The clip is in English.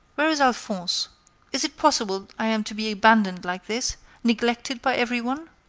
where is alphonse? is it possible i am to be abandoned like this neglected by every one?